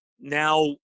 Now